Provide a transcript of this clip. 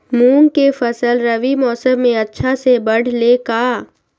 मूंग के फसल रबी मौसम में अच्छा से बढ़ ले का?